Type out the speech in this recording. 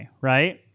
right